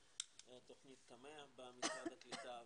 תוכנית קמ"ע במשרד הקליטה,